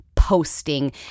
Posting